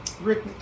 Rick